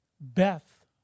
Beth